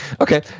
Okay